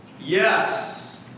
Yes